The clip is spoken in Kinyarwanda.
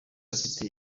afite